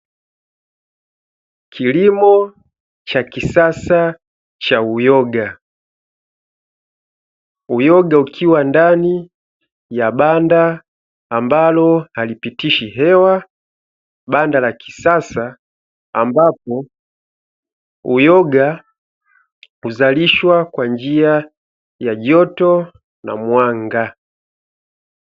Kilimo cha kisasa cha uyoga, uyoga ukiwa ndani ya banda ambalo halipitishi hewa, banda la kisasa ambapo uyoga huzalishwa kwa njia ya joto na mwanga.